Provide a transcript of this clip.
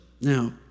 Now